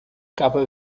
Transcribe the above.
capa